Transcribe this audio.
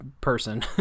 person